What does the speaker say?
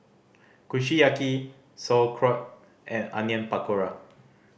Kushiyaki Sauerkraut and Onion Pakora